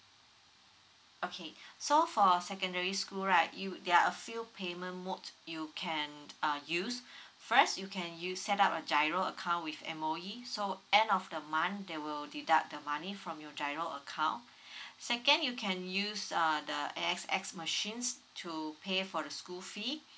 okay so for secondary school right you there are few payment mode you can uh use first you can you set up a giro account with M_O_E so end of the month there will deduct the money from your giro account second you can use uh the A_X_S machines to pay for the school fee